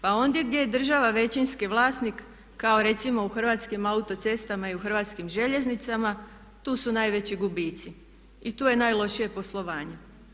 Pa ondje gdje je država većinski vlasnik kao recimo u Hrvatskim autocestama i u Hrvatskim željeznicama tu su najveći gubici i tu je najlošije poslovanje.